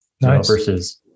versus